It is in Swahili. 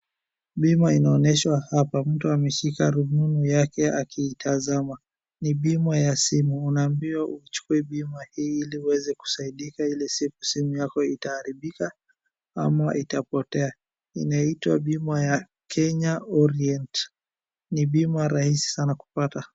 Bima inaonyeshwa apa. Mtu ameshika rununi yake akiitazama. Ni bima ya simu. Unaambiwa uchukue bima hii ili uweze kusaidika Ile siku simu yako itaharibika ama itapotea. Inaitwa bima ya Kenya orient. Ni bima rahisi sana kupata.